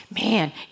man